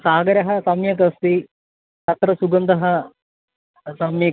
सागरः सम्यक् अस्ति तत्र सुगन्धः सम्यक्